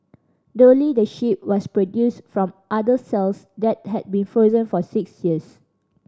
Dolly the sheep was produced from udder cells that had been frozen for six years